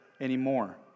anymore